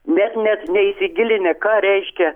nes net neįsigilinę ką reiškia